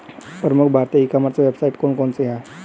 प्रमुख भारतीय e commerce website कौन कौन सी हैं?